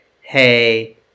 hey